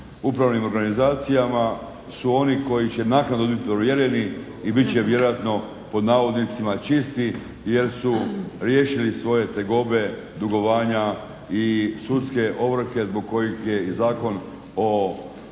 upravnim organizacijama su oni koji će naknadno biti provjereni i bit će vjerojatno pod navodnicima "čisti" jer su riješili svoje tegobe, dugovanja i sudske ovrhe zbog kojih je i Zakon o ovrhama